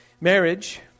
Marriage